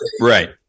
right